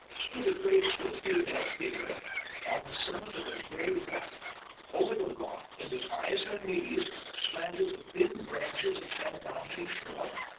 stood a graceful female figure on the summit of a gray rock over the rock, and as high as her knees, slanted the thin branches of some mountain shrub,